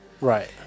right